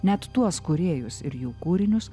net tuos kūrėjus ir jų kūrinius